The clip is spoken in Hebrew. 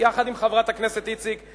יחד עם חברת הכנסת איציק,